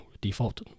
default